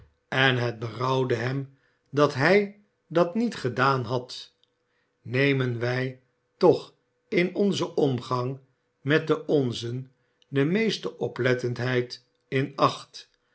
en het berouwde hem dat hij dat niet gedaan had nemen wij toch in onzen omgang met de onzen de meeste oplettendheid in acht